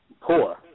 poor